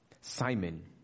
Simon